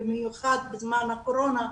במיוחד בזמן הקורונה,